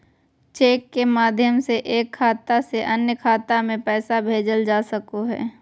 cheque के माध्यम से एक खाता से अन्य खाता में पैसा भेजल जा सको हय